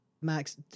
max